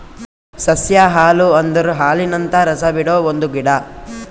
ಸಸ್ಯ ಹಾಲು ಅಂದುರ್ ಹಾಲಿನಂತ ರಸ ಬಿಡೊ ಒಂದ್ ಗಿಡ